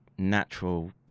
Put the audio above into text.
Natural